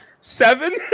seven